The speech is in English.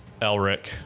Elric